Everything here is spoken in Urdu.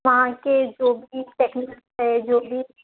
وہاں کے جو بھی ٹیکنیکس ہیں جو بھی